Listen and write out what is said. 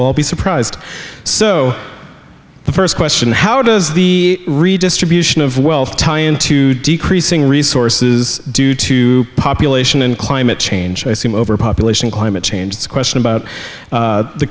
we'll be surprised so the first question how does the redistribution of wealth tie into decreasing resources due to population and climate change i seem overpopulation climate change it's a question about